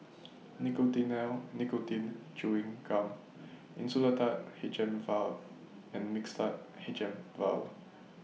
Nicotinell Nicotine Chewing Gum Insulatard H M Vial and Mixtard H M Vial